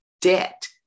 debt